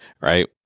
right